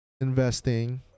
investing